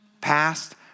past